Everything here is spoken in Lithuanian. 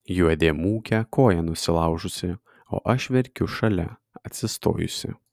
juodė mūkia koją nusilaužusi o aš verkiu šalia atsistojusi